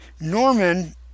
Norman